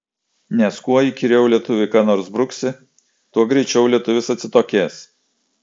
nes kuo įkyriau lietuviui ką nors bruksi tuo greičiau lietuvis atsitokės